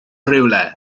rywle